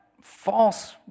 false